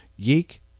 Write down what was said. geek